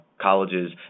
colleges